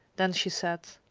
then she said,